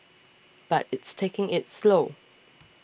but it's taking it slow